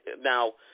Now